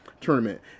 tournament